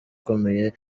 ikomeye